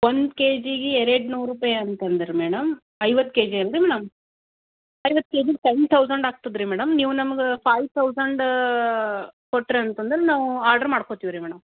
one K ಜಿಗೆ ಎರಡುನೂರು ರೂಪಾಯಿ ಅಂತಂದ್ರೆ ಮೇಡಮ್ ಐವತ್ತು ಕೆಜಿ ಅಲ್ರೀ ಮೇಡಮ್ ಐವತ್ತು ಕೆ ಜಿಗೆ ಟೆನ್ ಥೌಸಂಡ್ ಆಗ್ತದೆ ರೀ ಮೇಡಮ್ ನೀವು ನಮ್ಗೆ ಫೈ ಥೌಸಂಡ್ ಕೊಟ್ಟಿರಿ ಅಂತಂದ್ರೆ ನಾವು ಆರ್ಡ್ರ್ ಮಾಡ್ಕೋತೀವಿ ರೀ ಮೇಡಮ್